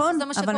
הוא כבר אמר.